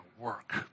work